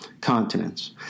continents